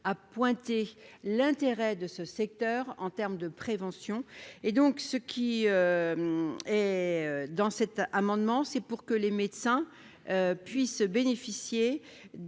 pointé l'intérêt de ce secteur en terme de prévention et donc ce qui est dans cet amendement, c'est pour que les médecins puissent bénéficier des